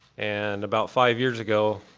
and about five years ago,